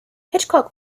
hitchcock